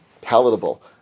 palatable